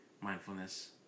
mindfulness